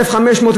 בקושי מתפרנסים,